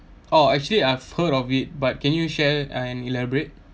oh actually I've heard of it but can you share and elaborate